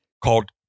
called